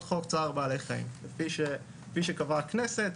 חוק "צער בעלי חיים" כפי שקבעה הכנסת,